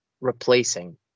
replacing